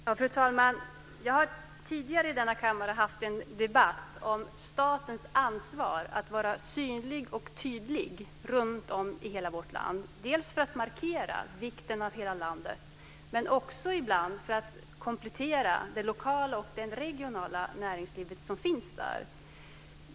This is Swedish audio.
Fru talman! Jag har tidigare i denna kammare haft en debatt om statens ansvar att vara synlig och tydlig runtom i hela vårt land, dels för att markera vikten av hela landet, dels för att ibland komplettera det lokala och regionala näringsliv som finns.